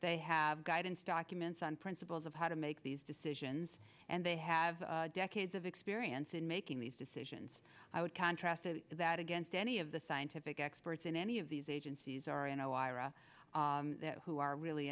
they have guidance documents on principles of how to make these decisions and they have decades of experience in making these decisions i would contrast that against any of the scientific experts in any of these agencies are you know ira who are really